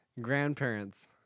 Grandparents